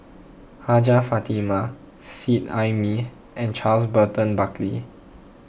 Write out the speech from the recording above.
Hajjah Fatimah Seet Ai Mee and Charles Burton Buckley